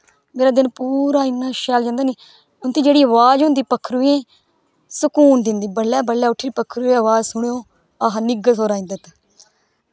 मेरा दिन पूरा इन्ना शैल जंदा नी उंदी जेह्ड़ी अवाज होंदी पक्खरुएं दी स्कून दिंदी बडलै बडलै उट्ठियै पक्खरुएं दी अवाज सुनो आहा निग्गर सुर आई जंदा